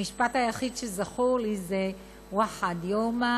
המשפט היחיד שזכור לי זה (אומרת בערבית: יום אחד